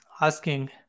asking